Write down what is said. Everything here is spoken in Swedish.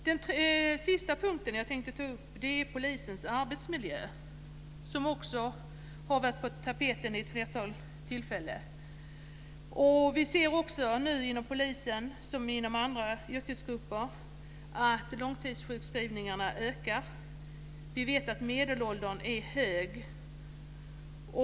Den sista punkten jag tänkte ta upp är polisens arbetsmiljö, som också har varit på tapeten vid ett flertal tillfällen. Vi ser också nu inom polisen, liksom inom andra yrkesgrupper, att långtidssjukskrivningarna ökar. Vi vet att medelåldern är hög.